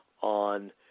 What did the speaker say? on